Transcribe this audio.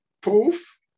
Proof